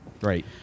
Right